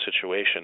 situation